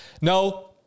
No